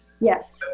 Yes